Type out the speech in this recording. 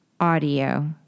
audio